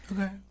Okay